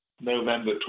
November